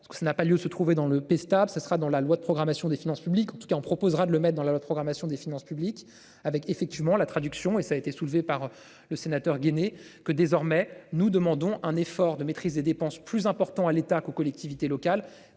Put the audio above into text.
parce que ça n'a pas lieu, se trouvait dans le pays stable ce sera dans la loi de programmation des finances publiques en tout cas en proposera de le mettre dans la loi de programmation des finances publiques, avec effectivement la traduction et ça a été soulevée par le sénateur. Que désormais, nous demandons un effort de maîtrise des dépenses plus important à l'État qu'aux collectivités locales,